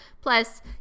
Plus